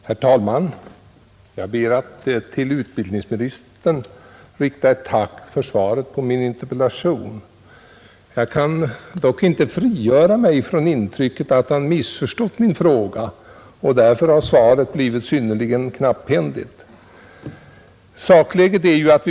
Herr talman! Jag ber att till utbildningsministern få rikta ett tack för svaret på min interpellation. Jag kan dock inte frigöra mig från intrycket att han missförstått min fråga och att svaret därför har blivit synnerligen knapphändigt.